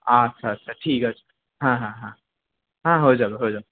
আচ্ছা আচ্ছা ঠিক আছে হ্যাঁ হ্যাঁ হ্যাঁ হ্যাঁ হয়ে যাবে হয়ে যাবে